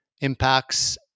impacts